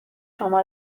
شما